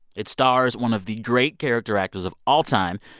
it stars one of the great character actors of all time,